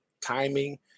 timing